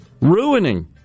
ruining